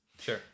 Sure